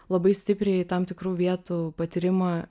labai stipriai tam tikrų vietų patyrimą